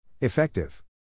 Effective